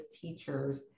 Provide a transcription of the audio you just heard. teachers